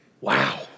Wow